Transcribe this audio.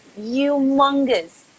humongous